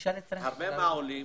הרבה מהעולים